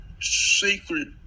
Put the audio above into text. secret